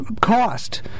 cost